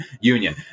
Union